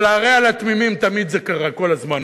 אבל להרע לתמימים, תמיד זה קרה, כל הזמן.